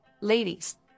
Ladies